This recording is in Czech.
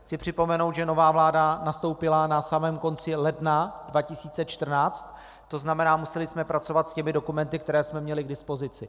Chci připomenout, že nová vláda nastoupila na samém konci ledna 2014, tzn. museli jsme pracovat s dokumenty, které jsme měli k dispozici.